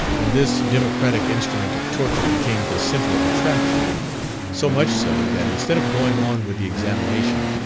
and this democratic instrument of torture became the centre of attraction so much so, that instead of going on with the examination,